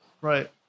Right